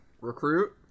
recruit